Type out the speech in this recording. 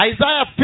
Isaiah